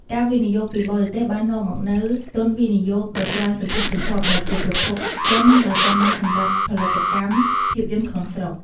ការវិនិយោគពីបរទេសបាននាំមកនូវ ទុនវិនិយោគ ដ៏ច្រើនសន្ធឹកសន្ធាប់ ដែលជាប្រភពទុនដ៏ចាំបាច់សម្រាប់ផលិតកម្មភាពយន្តក្នុងស្រុក។